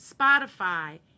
Spotify